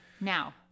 now